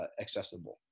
Accessible